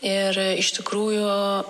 ir iš tikrųjų